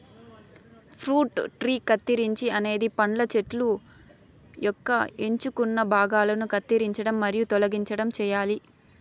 fruit tree కత్తిరింపు అనేది పండ్ల చెట్టు యొక్క ఎంచుకున్న భాగాలను కత్తిరించడం మరియు తొలగించడం చేయాలి